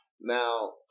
Now